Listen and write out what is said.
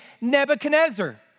Nebuchadnezzar